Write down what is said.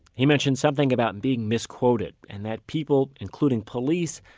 he mentioned something about and being misquoted and that people, including police,